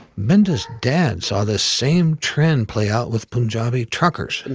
binda's dad saw this same trend play out with punjabi truckers. and